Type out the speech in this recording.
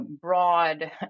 broad